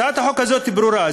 הצעת החוק הזאת ברורה,